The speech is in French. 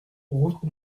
route